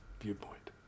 viewpoint